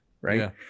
right